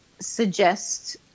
suggest